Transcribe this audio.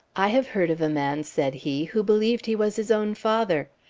i have heard of a man, said he, who believed he was his own father.